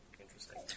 Interesting